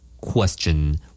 Question